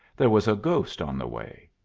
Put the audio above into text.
there was a ghost on the way.